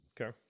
okay